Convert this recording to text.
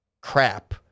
crap